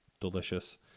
delicious